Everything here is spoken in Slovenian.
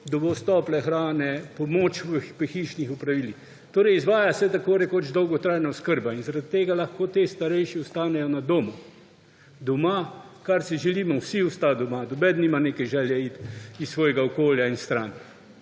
dovoz tople hrane, pomoč pri hišnih opravilih. Torej, izvaja se tako rekoč dolgotrajna oskrba in zaradi tega lahko ti starejši ostanejo na domu, doma, kar si želimo vsi – ostati doma. Noben nima neke želje iti iz svojega okolja in stran.